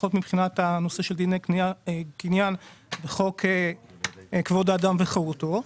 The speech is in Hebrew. לפחות מבחינת הנושא של דיני קניין בחוק כבוד האדם וחירותו.